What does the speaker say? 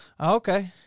Okay